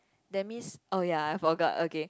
that means oh ya I forgot okay